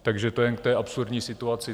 Takže to jen k té absurdní situaci.